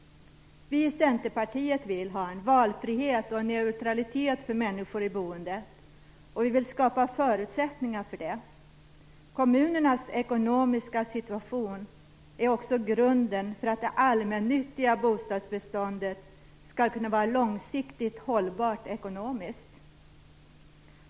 Vi i Centerpartiet vill ha en valfrihet och en neutralitet i boendet för människor. Vi vill skapa förutsättningar för det. Kommunernas ekonomiska situationen är också grunden för att det allmännyttiga bostadsbeståndet skall kunna vara långsiktigt ekonomiskt hållbart.